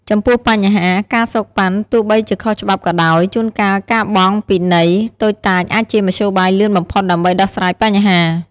ចំពោះបញ្ហា "ការសូកប៉ាន់" ទោះបីជាខុសច្បាប់ក៏ដោយ ជួនកាលការបង់ "ពិន័យ" តូចតាចអាចជាមធ្យោបាយលឿនបំផុតដើម្បីដោះស្រាយបញ្ហា។